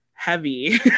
heavy